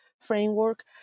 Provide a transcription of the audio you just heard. framework